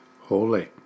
holy